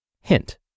Hint